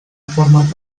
forma